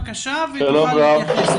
אני אתכם.